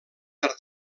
per